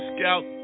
Scout